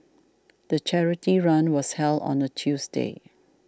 the charity run was held on a Tuesday